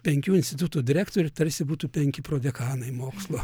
penkių institutų direktoriai tarsi būtų penki prodekanai mokslo